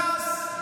ש"ס,